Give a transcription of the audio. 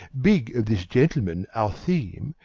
big of this gentleman, our theme,